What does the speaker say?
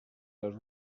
are